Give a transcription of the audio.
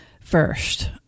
first